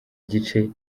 gice